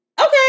Okay